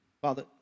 Father